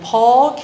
Paul